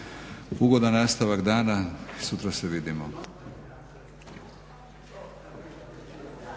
Ugodan nastavak dana, sutra se vidimo.